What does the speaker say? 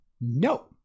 No